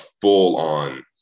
full-on